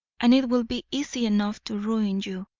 and it will be easy enough to ruin you.